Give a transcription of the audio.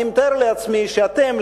אני מתאר לעצמי שאתם,